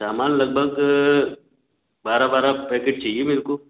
सामान लगभग बारह बारह पैकेट चाहिए मेरे को